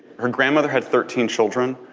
her grandmother had thirteen children,